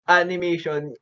animation